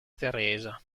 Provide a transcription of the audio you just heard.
teresa